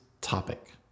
topic